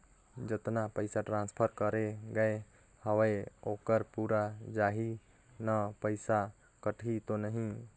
जतना पइसा ट्रांसफर करे गये हवे ओकर पूरा जाही न पइसा कटही तो नहीं?